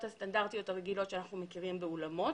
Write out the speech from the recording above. הסטנדרטיות הרגילות שאנחנו מכירים באולמות.